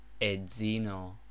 Edzino